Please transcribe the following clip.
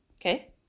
Okay